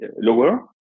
lower